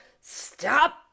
Stop